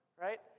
Right